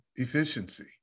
efficiency